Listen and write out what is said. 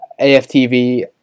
AFTV